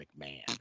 mcmahon